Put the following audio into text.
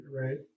right